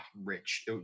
rich